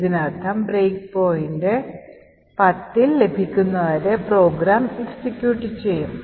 ഇതിനർത്ഥം break point 10 ലഭിക്കുന്നതുവരെ program execute ചെയ്യും